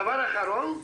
דבר אחרון,